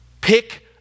Pick